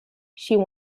she